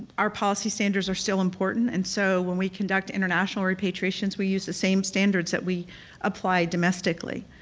our policy standards are still important, and so when we conduct international repatriations we use the same standards that we apply domestically.